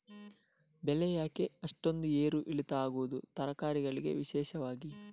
ಬೆಳೆ ಯಾಕೆ ಅಷ್ಟೊಂದು ಏರು ಇಳಿತ ಆಗುವುದು, ತರಕಾರಿ ಗಳಿಗೆ ವಿಶೇಷವಾಗಿ?